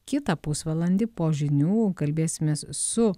kitą pusvalandį po žinių kalbėsimės su